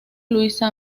luisa